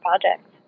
project